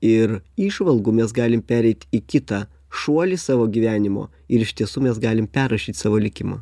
ir įžvalgų mes galim pereit į kitą šuolį savo gyvenimo ir iš tiesų mes galim perrašyt savo likimą